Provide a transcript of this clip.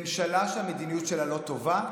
ממשלה שהמדיניות שלה לא טובה,